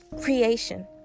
creation